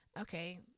Okay